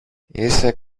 είσαι